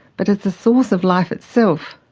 but as the source of life itself.